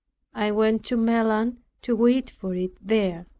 i went to melun to wait for it there.